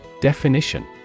Definition